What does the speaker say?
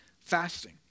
fasting